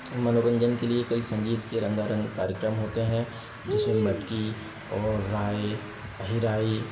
मनोरंजन के लिए कई संगीत के रंगारंग कार्यक्रम होते हैं जैसे मटकी और राय अहिराई